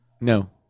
No